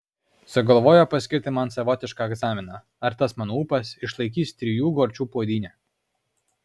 sugalvojo paskirti man savotišką egzaminą ar tas mano ūpas išlaikys trijų gorčių puodynę